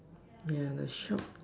yeah the shop